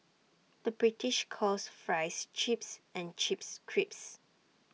the British calls Fries Chips and Chips Crisps